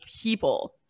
people